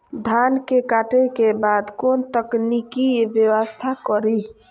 धान के काटे के बाद कोन तकनीकी व्यवस्था करी?